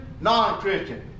non-Christian